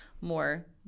more